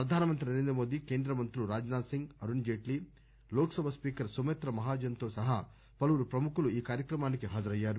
ప్రధానమంత్రి నరేంద్రమోదీ కేంద్రమంత్రులు రాజ్ నాథ్ సింగ్ అరుణ్ జైట్లీ లోక్ సభ స్పీకర్ సుమిత్రా మహాజన్ సహాపలువురు ప్రముఖులు ఈ కార్యక్రామానికి హాజరయ్యారు